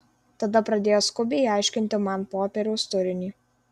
tada pradėjo skubiai aiškinti man popieriaus turinį